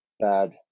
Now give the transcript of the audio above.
bad